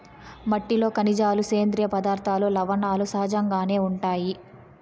మట్టిలో ఖనిజాలు, సేంద్రీయ పదార్థాలు, లవణాలు సహజంగానే ఉంటాయి